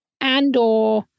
Andor